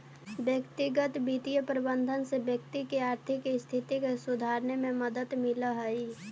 व्यक्तिगत वित्तीय प्रबंधन से व्यक्ति के आर्थिक स्थिति के सुधारने में मदद मिलऽ हइ